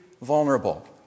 vulnerable